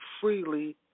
freely